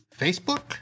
Facebook